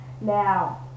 Now